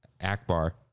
Akbar